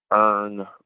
earn